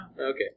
Okay